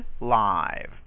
live